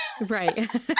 right